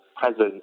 present